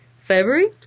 February